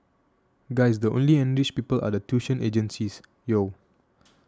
guys the only enriched people are the tuition agencies Yo